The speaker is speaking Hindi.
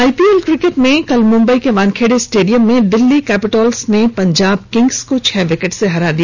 आईपीएल क्रिकेट में कल मुंबई के वानखेड़े स्टेडियम में दिल्ली कैपिटल्स ने पंजाब किंग्स को छह विकेट से हरा दिया